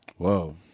Whoa